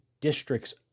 districts